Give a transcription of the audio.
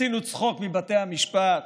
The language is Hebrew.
עשינו צחוק מבתי המשפט,